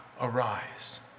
arise